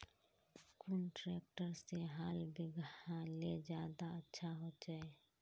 कुन ट्रैक्टर से हाल बिगहा ले ज्यादा अच्छा होचए?